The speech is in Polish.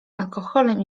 alkoholem